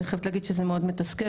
אני חייבת להגיד שזה מאוד מתסכל,